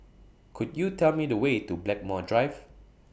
Could YOU Tell Me The Way to Blackmore Drive